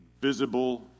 visible